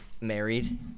married